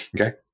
Okay